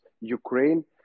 ukraine